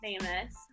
famous